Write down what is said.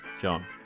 John